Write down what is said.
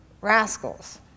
rascals